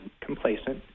complacent